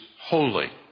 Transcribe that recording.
holy